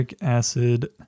acid